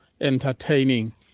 entertaining